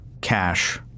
cash